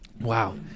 wow